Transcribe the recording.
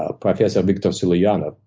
ah parkasa victo sulianav,